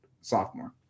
sophomore